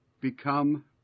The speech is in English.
become